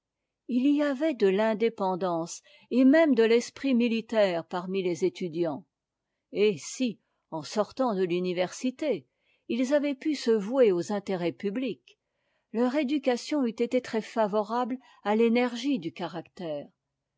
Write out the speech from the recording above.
il y avait de fbdépendance et même de l'esprit militaire parmi les étudiants et si en sortant de l'université ils avaient pu se vouer aux intérêts publics leur éducation eût été très favorane à l'énergie du caractère